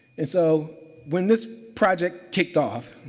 and so, when this project kicked off,